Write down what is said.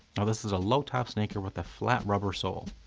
now this is a low top sneaker with a flat rubber sole,